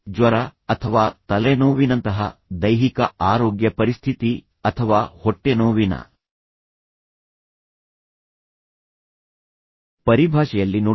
ಜ್ವರ ಅಥವಾ ತಲೆನೋವಿನಂತಹ ದೈಹಿಕ ಆರೋಗ್ಯ ಪರಿಸ್ಥಿತಿ ಅಥವಾ ಹೊಟ್ಟೆನೋವಿನ ಪರಿಭಾಷೆಯಲ್ಲಿ ನೋಡಿ